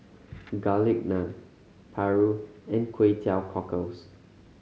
Garlic Naan paru and Kway Teow Cockles